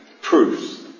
proofs